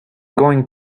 going